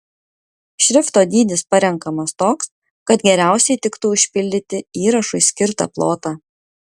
šrifto dydis parenkamas toks kad geriausiai tiktų užpildyti įrašui skirtą plotą